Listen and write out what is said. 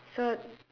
so